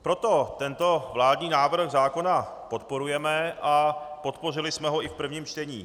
Proto tento vládní návrh zákona podporujeme a podpořili jsme ho i v prvním čtení.